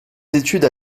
études